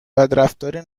بدرفتاری